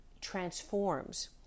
transforms